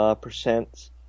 percent